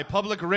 Public